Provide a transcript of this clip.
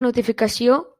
notificació